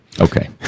Okay